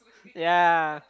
ya